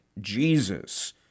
Jesus